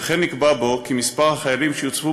וכן נקבע בו כי מספר החיילים שיוצבו